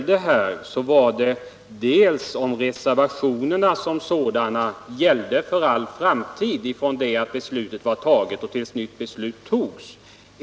Den första var om reservationerna gäller för all framtid från det att beslutet är taget och till dess nytt beslut tas.